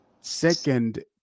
Second